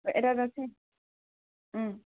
வேறு ஏதாச்சும் ம்